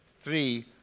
three